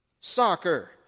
Soccer